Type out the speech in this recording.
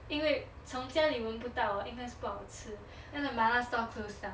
因为从家里闻不到应该是不好吃 then the 麻辣 stall closed down